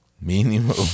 mínimo